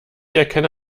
erkenne